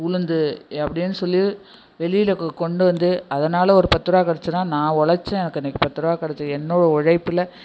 உளுந்து அப்படினு சொல்லி வெளியில் கொண்டு வந்து அதனால் ஒரு பத்ருபா கிடச்சிதுன்னா நான் உழைச்சேன் எனக்கு இன்றைக்கு பத்ருபா கிடைச்சிது என்னோடய உழைப்பில்